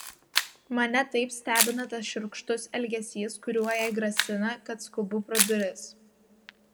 mane taip stebina tas šiurkštus elgesys kuriuo jai grasina kad skubu pro duris